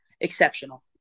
exceptional